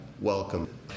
welcome